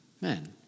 men